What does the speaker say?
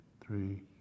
three